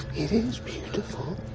it is beautiful.